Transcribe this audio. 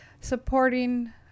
supporting